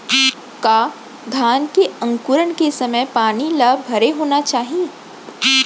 का धान के अंकुरण के समय पानी ल भरे होना चाही?